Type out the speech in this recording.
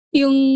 yung